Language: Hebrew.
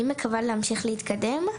אני מקווה להמשיך להתקדם,